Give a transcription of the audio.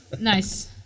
nice